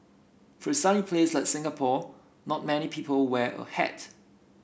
for sunny place like Singapore not many people wear a hat